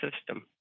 system